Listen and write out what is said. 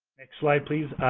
next slide, please.